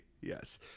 Yes